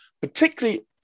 particularly